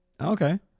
Okay